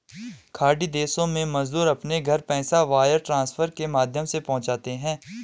खाड़ी देश के मजदूर अपने घर पैसा वायर ट्रांसफर के माध्यम से पहुंचाते है